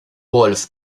wolf